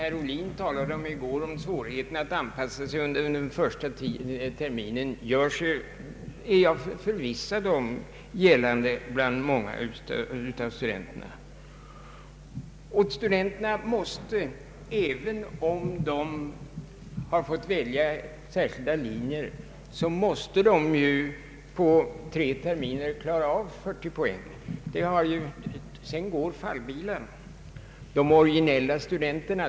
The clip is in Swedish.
Just den svårigheten att anpassa sig under första terminen, som herr Ohlin talade om i går, det är jag förvissad om, gör sig gällande bland ett stort antal av studenterna. Även om studenterna har kunnat få välja särskilda linjer, måste de på tre terminer uppnå 40 poäng, annars faller bilan.